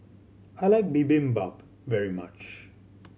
I like Bibimbap very much